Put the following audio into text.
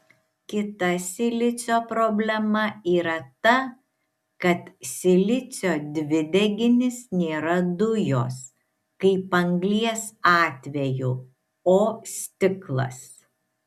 kita silicio problema yra ta kad silicio dvideginis nėra dujos kaip anglies atveju o stiklas